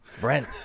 Brent